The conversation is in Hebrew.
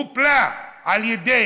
הופלה על ידי